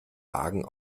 wagen